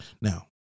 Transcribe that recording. Now